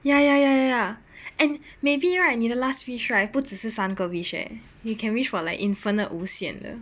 ya ya ya ya ya and maybe right 你的 last wish right 不只是三个 wish eh you can wish for like infinite 无限的